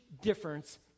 difference